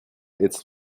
its